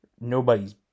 nobody's